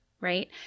right